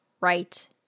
right